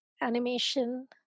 animation